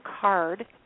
card